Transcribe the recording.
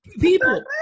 people